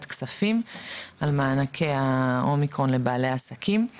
כספים על מענקי האומיקרון לבעלי עסקים.